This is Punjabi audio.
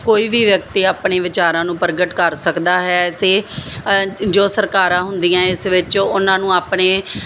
ਕੋਈ ਵੀ ਵਿਅਕਤੀ ਆਪਣੀ ਵਿਚਾਰਾਂ ਨੂੰ ਪ੍ਰਗਟ ਕਰ ਸਕਦਾ ਹੈ ਤੇ ਜੋ ਸਰਕਾਰਾਂ ਹੁੰਦੀਆਂ ਇਸ ਵਿੱਚ ਉਹਨਾਂ ਨੂੰ ਆਪਣੇ